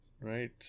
Right